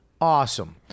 Awesome